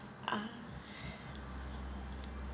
ah